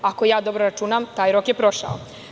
Ako dobro računam, taj rok je prošao.